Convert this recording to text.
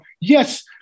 yes